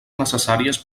necessàries